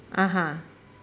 (uh huh)